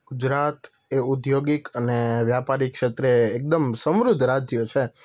ગુજરાત એ ઔદ્યોગિક અને વ્યાપારિકક્ષેત્રે એકદમ સમૃદ્ધ રાજ્ય છે